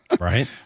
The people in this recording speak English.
right